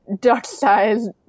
duck-sized